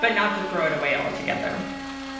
but not to throw it away altogether